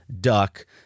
duck